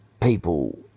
people